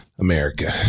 America